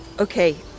Okay